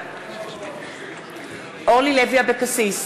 בעד אורלי לוי אבקסיס,